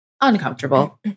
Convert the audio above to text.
uncomfortable